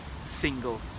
single